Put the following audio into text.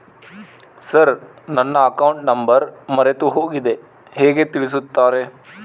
Sir ನನ್ನ account number ಮರೆತುಹೋಗಿದೆ ಹೇಗೆ ತಿಳಿಸುತ್ತಾರೆ?